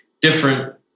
different